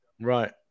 right